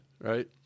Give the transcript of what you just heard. right